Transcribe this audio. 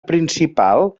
principal